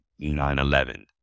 9-11